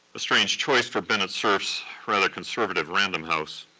a strange choice for bennett cerf's rather conservative random house,